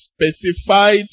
specified